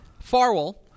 Farwell